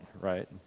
right